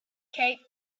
cape